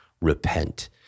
repent